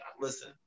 listen